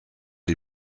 die